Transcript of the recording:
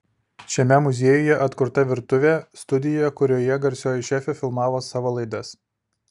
šiame muziejuje atkurta virtuvė studija kurioje garsioji šefė filmavo savo laidas